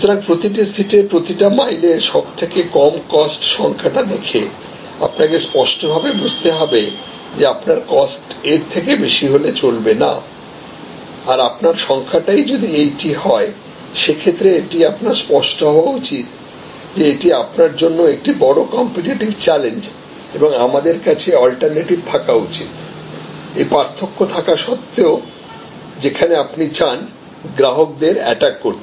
সুতরাং প্রতিটি সিটের প্রতিটি মাইলেরসব থেকে কম কস্ট সংখ্যাটা দেখে আপনাকে স্পষ্টভাবে বুঝতে হবে যে আপনার কস্ট এর থেকে বেশি হলে চলবে না আর আপনার সংখ্যাটাই যদি এইটি হয় সে ক্ষেত্রে এটা আপনার স্পষ্ট হওয়া উচিত যে এটি আপনার জন্য একটি বড় কম্পিটিটিভ চ্যালেঞ্জ এবং আমাদের কাছে অল্টারনেটিভ থাকা উচিত এই পার্থক্য থাকা সত্ত্বেও যেখানে আপনি চান গ্রাহকদের অ্যাটাক করতে